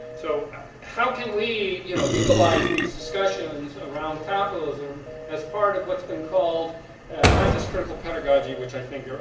so how can we you know utilize these discussions around capitalism as part of what's been called not just critical pedagogy, which i think